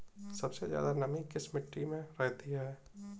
सबसे ज्यादा नमी किस मिट्टी में रहती है?